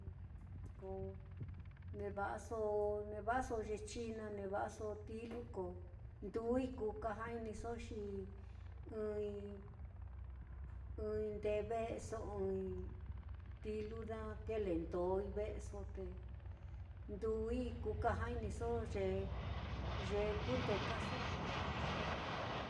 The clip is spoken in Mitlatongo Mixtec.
Ko neva'aso veva'aso china, neva'aso tilu ko, nduui kuu kaja-iniso xi ɨ́ɨ́n-i ɨ́ɨ́n-i ndee ve'eso, ɨ́ɨ́n-i tilu naá, kilendói ve'eso te nduui ku kaja-iniso ye ye kundekasoi